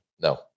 No